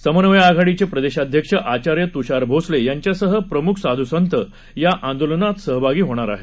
समन्वय आघाडीचे प्रदेशाध्यक्ष आचार्य तुषार भोसले यांच्यासह प्रमुख साधुसंत या आंदोलनास सहभागी होणार आहेत